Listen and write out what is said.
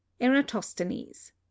Eratosthenes